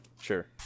Sure